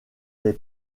des